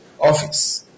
office